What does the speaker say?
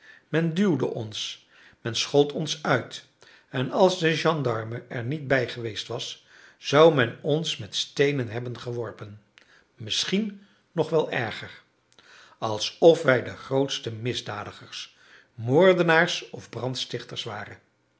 men duwde ons men schold ons uit en als de gendarme er niet bij geweest was zou men ons met steenen hebben geworpen misschien nog wel erger alsof wij de grootste misdadigers moordenaars of brandstichters waren